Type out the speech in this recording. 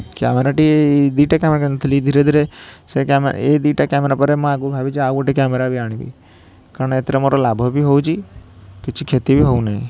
କ୍ୟାମେରାଟି ଏଇ ଦୁଇଟା କ୍ୟାମେରା କିଣିଥିଲି ଧୀରେଧୀରେ ସେ କ୍ୟାମେ ଏହି ଦୁଇଟା କ୍ୟାମେରା ପରେ ମୁଁ ଆଗକୁ ଭାବିଛି ଆଉ ଗୋଟେ କ୍ୟାମେରା ବି ଆଣିବି କାରଣ ଏଥିରେ ମୋର ଲାଭ ବି ହେଉଛି କିଛି କ୍ଷତି ବି ହେଉ ନାହିଁ